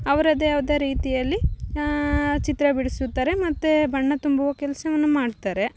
ಅವರದ್ದೆ ಯಾವ್ದೋ ರೀತಿಯಲ್ಲಿ ಚಿತ್ರ ಬಿಡಿಸುತ್ತಾರೆ ಮತ್ತು ಬಣ್ಣ ತುಂಬುವ ಕೆಲಸವನ್ನು ಮಾಡ್ತಾರೆ